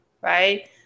right